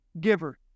giver